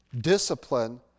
discipline